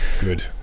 Good